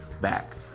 back